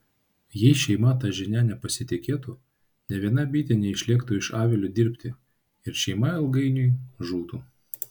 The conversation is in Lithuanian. jei šeima ta žinia nepasitikėtų nė viena bitė neišlėktų iš avilio dirbti ir šeima ilgainiui žūtų